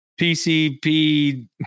PCP